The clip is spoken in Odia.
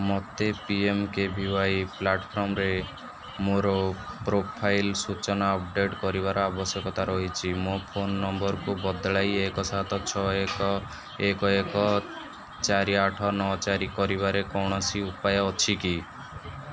ମୋତେ P M K V Y ପ୍ଲାଟଫର୍ମରେ ମୋର ପ୍ରୋଫାଇଲ୍ ସୂଚନା ଅପଡ଼େଟ୍ କରିବାର ଆବଶ୍ୟକତା ରହିଛି ମୋ ଫୋନ୍ ନମ୍ବରକୁ ବଦଳାଇ ଏକ ସାତ ଛଅ ଏକ ଏକ ଏକ ଚାରି ଆଠ ନଅ ଚାରି କରିବାର କୌଣସି ଉପାୟ ଅଛି କି